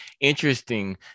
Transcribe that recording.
interesting